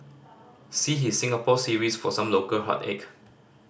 see his Singapore series for some local heartache